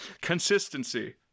Consistency